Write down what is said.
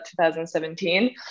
2017